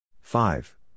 Five